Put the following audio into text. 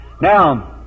Now